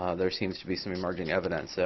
ah there seems to be some emerging evidence. so